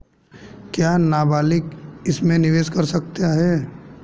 क्या नाबालिग इसमें निवेश कर सकता है?